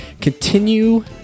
continue